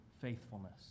faithfulness